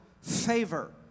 favor